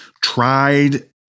tried